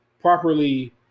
properly